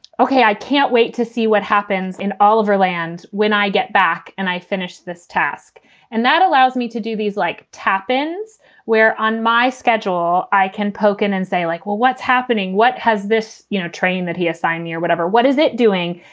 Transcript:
ok, i can't wait to see what happens in all of our land. when i get back and i finish this task and that allows me to do these like tappan's where on my schedule i can pocan and say like, well, what's happening? what has this you know train that he assigned me or whatever, what is it doing?